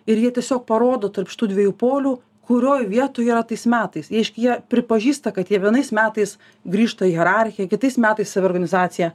ir jie tiesiog parodo tarp šitų dviejų polių kurioj vietoj yra tais metais reišk jie pripažįsta kad jie vienais metais grįžta į hierarchiją kitais metais saviorganizacija